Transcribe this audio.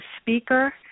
speaker